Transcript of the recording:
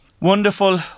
Wonderful